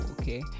okay